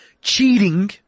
cheating